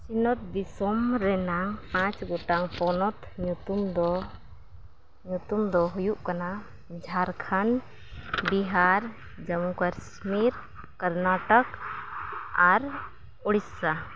ᱥᱤᱧᱚᱛ ᱫᱤᱥᱚᱢ ᱨᱮᱱᱟᱝ ᱯᱟᱸᱪ ᱜᱚᱴᱟᱝ ᱯᱚᱱᱚᱛ ᱧᱩᱛᱩᱢᱫᱚ ᱧᱩᱛᱩᱢᱫᱚ ᱦᱩᱭᱩᱜ ᱠᱟᱱᱟ ᱡᱷᱟᱲᱠᱷᱚᱸᱰ ᱵᱤᱦᱟᱨ ᱡᱚᱢᱢᱩᱼᱠᱟᱥᱢᱤᱨ ᱠᱚᱨᱱᱟᱴᱚᱠ ᱟᱨ ᱩᱲᱤᱥᱥᱟ